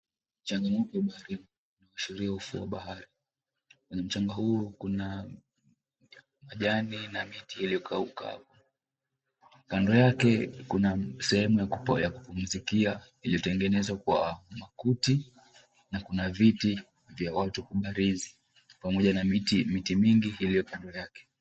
Mchanga nyeupe baharini unaoashiria ufuo wa bahari. Kwenye mchanga huo kuna majani na miti iliyokauka. Kando yake kuna sehemu ya kupumzikia iliyotengenezwa kwa makuti na kuna viti vya watu kubarizi pamoja na miti mingi iliyo kando yake.